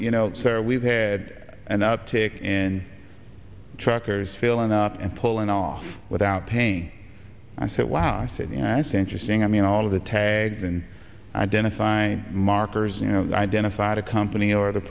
you know we've had an uptick in truckers filling up and pulling off without pain i said wow i said you know it's interesting i mean all of the tags and identify markers you know identified a company or